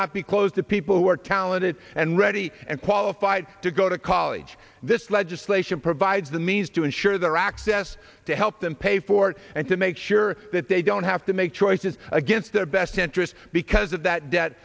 not be closed to people who are talented and ready and qualified to go to college this legislation provides the means to ensure their access to help them pay for it and to make sure that they don't have to make choices against their best interest because of that